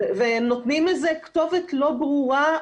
ונותנים איזו כתובת לא ברורה,